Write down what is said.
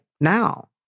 now